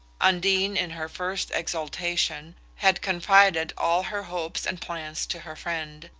undine, in her first exultation, had confided all her hopes and plans to her friend,